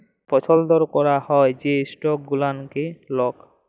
পছল্দ ক্যরা হ্যয় যে ইস্টক গুলানকে লক